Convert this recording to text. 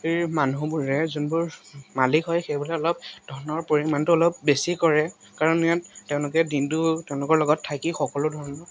মানুহবোৰে যোনবোৰ মালিক হয় সেইবোৰে অলপ ধনৰ পৰিমাণটো অলপ বেছি কৰে কাৰণ ইয়াত তেওঁলোকে দিনটো তেওঁলোকৰ লগত থাকি সকলো ধৰণৰ